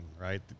right